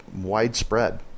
widespread